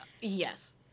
Yes